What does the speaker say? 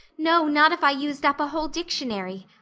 no, not if i used up a whole dictionary.